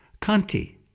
kanti